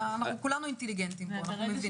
אנחנו כולנו אינטליגנטים פה, אנחנו מבינים.